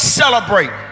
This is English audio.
celebrate